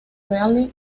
rally